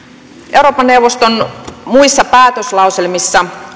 euroopan neuvoston muissa päätöslauselmissa